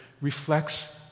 reflects